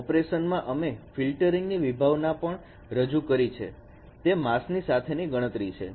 ઓપરેશનમાં અમે ફિલ્ટરીંગ ની વિભાવના પણ રજૂ કરી છે તે માસ્ક સાથે ની ગણતરી છે